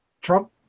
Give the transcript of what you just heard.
Trump